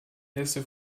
hesse